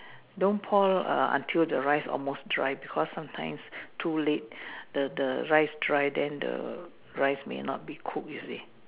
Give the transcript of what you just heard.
don't pour err until the rice almost dry because sometimes too late the the rice dry then the rice may not be cooked you see